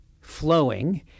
flowing